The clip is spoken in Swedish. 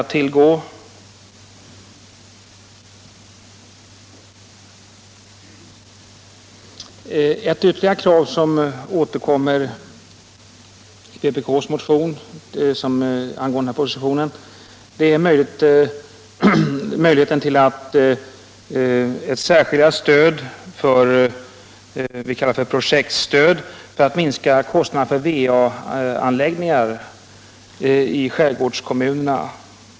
Ett ytterligare krav i vpk:s motion med anledning av propositionen gäller möjligheten till vad vi kallar projektstöd för att minska kostnaden för va-anläggningar i skärgårdskommunerna.